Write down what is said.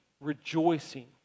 rejoicing